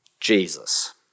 Jesus